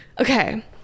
Okay